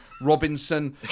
Robinson